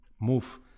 move